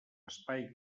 espai